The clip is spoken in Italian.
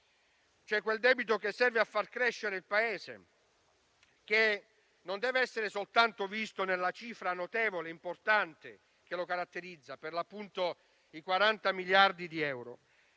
quello che serve a far crescere il Paese e che non deve essere soltanto visto nella cifra notevole e importante che lo caratterizza - per l'appunto 40 miliardi di euro